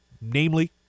Namely